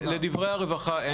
לדברי הרווחה,